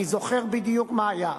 אני זוכר בדיוק מה היה.